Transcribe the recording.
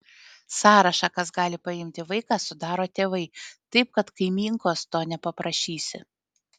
sąrašą kas gali paimti vaiką sudaro tėvai taip kad kaimynkos to nepaprašysi